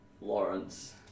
Lawrence